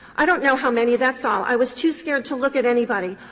i don't know how many that's all i was too scared to look at anybody.